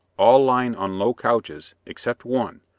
all lying on low couches, except one,